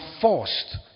forced